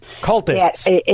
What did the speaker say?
Cultists